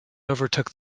overtook